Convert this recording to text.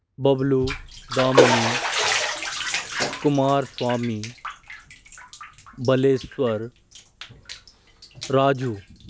Bablu Damini Kumar Swami Baleshwar Raju